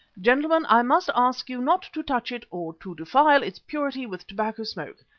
gentlemen, i must ask you not to touch it or to defile its purity with tobacco smoke.